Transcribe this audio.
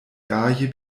gaje